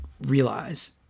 realize